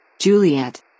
Juliet